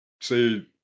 say